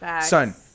Son